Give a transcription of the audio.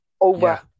over